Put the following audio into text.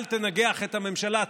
אל תנגח את הממשלה,